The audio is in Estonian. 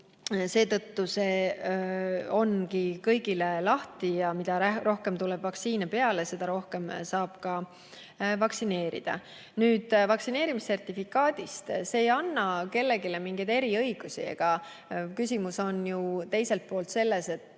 registreerimine kõigile lahti. Mida rohkem tuleb vaktsiini peale, seda rohkem saab ka vaktsineerida. Nüüd vaktsineerimissertifikaadist. See ei anna kellelegi mingeid eriõigusi, aga küsimus on ju teiselt poolt selles, et